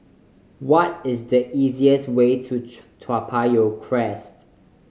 what is the easiest way to Toa Payoh Crest